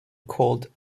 called